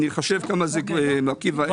אני אחשב כמה זה מרכיב האם.